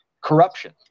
corruption